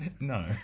No